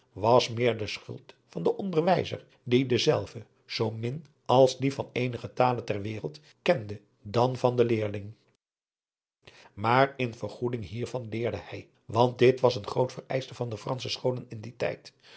was meer de schuld van den onderwijzer die dezelve zoo min als die van eenige tale ter wereld kende dan van den leerling maar in vergoeding hiervan leerde hij want dit wat een groot vereischte van de fransche scholen in dien tijd